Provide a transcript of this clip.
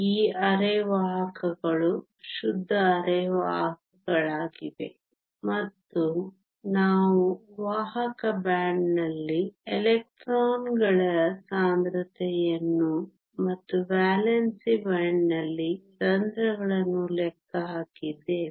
ಈ ಅರೆವಾಹಕಗಳು ಶುದ್ಧ ಅರೆವಾಹಕಗಳಾಗಿವೆ ಮತ್ತು ನಾವು ವಾಹಕ ಬ್ಯಾಂಡ್ನಲ್ಲಿ ಎಲೆಕ್ಟ್ರಾನ್ಗಳ ಸಾಂದ್ರತೆಯನ್ನು ಮತ್ತು ವೇಲೆನ್ಸಿ ಬ್ಯಾಂಡ್ನಲ್ಲಿ ರಂಧ್ರಗಳನ್ನು ಲೆಕ್ಕ ಹಾಕಿದ್ದೇವೆ